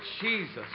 Jesus